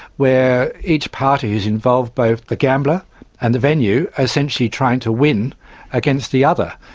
where each parties involved, both the gambler and the venue, are essentially trying to win against the other.